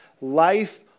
life